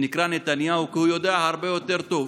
שנקרא נתניהו, כי הוא יודע הרבה יותר טוב,